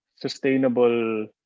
sustainable